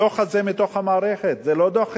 הדוח הזה מתוך המערכת, זה לא דוח חיצוני.